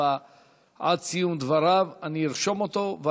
עד סיום דבריו אני ארשום אותו.